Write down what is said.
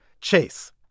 Chase